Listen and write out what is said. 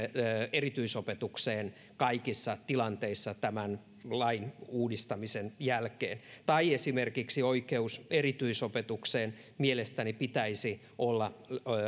erityisopetukseen kaikissa tilanteissa tämän lain uudistamisen jälkeen esimerkiksi oikeus erityisopetukseen mielestäni pitäisi olla